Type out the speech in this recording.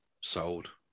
Sold